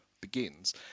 begins